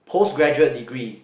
post graduate degree